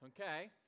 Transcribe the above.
okay